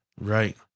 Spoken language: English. Right